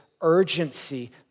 urgency